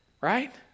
right